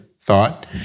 thought